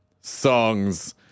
songs